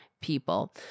people